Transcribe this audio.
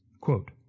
Quote